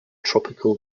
tropical